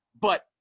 But-